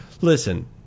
Listen